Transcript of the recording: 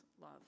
love